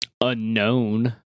unknown